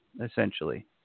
essentially